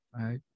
right